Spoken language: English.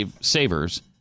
savers